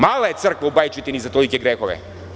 Mala je crkva u Baječitini za tolike grehove.